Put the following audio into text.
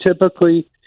typically